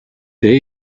there